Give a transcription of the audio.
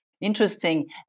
Interesting